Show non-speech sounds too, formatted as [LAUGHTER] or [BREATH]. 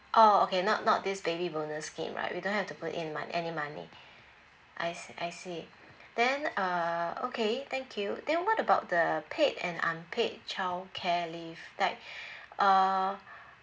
oh okay not not this baby bonus scheme right we don't have to put in mo~ any money I see I see then uh okay thank you then what about the paid and unpaid childcare leave like [BREATH] uh